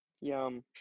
Yum